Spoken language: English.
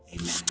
Amen